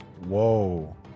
Whoa